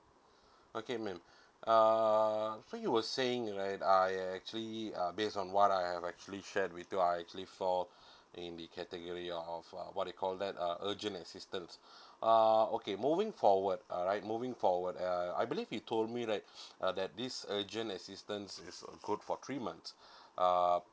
okay ma'am uh so you were saying right uh it actually uh based on what I am actually shared whether I actually fall in the category of uh what they call that uh urgent assistance uh okay moving forward alright moving forward uh I believe you told me that uh that this urgent assistance is uh quotes for three months uh